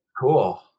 cool